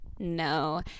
no